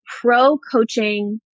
pro-coaching